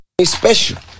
special